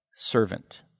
servant